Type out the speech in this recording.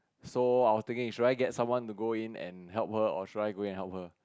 so I was thinking should I get someone to go in and help her or should I go in and help her